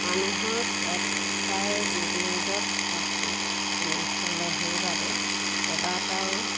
মানুহৰ এটাই বিজনেছত ঘৰখন নচলে সেইবাবে কেইবাটাও